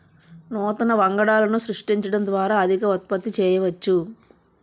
నూతన వంగడాలను సృష్టించడం ద్వారా అధిక ఉత్పత్తి చేయవచ్చు